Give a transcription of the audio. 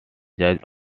judge